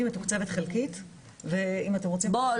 מתוקצבת חלקית ואם אתם רוצים --- לא,